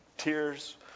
Tears